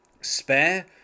spare